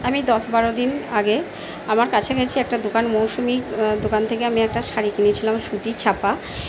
আমি দশ বারো দিন আগে আমার কাছাকাছি একটা দোকান মৌসুমির দোকান থেকে আমি একটা শাড়ি কিনেছিলাম সুতি ছাপা